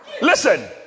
listen